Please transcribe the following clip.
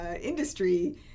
industry